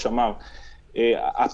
יצמידו לו צמיד ויעקבו אחריו,